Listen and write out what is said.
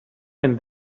and